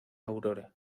aurora